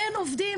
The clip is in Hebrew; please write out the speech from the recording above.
אין עובדים,